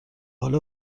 حالا